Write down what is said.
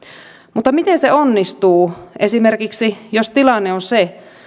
mutta miten se onnistuu esimerkiksi jos tilanne on se